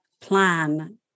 plan